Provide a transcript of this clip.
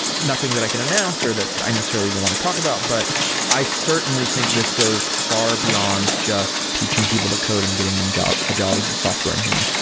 nothing that i can announce or that i necessarily but want to talk about, but i certainly think this goes far beyond just teaching people to code and getting them a job as a software engineer.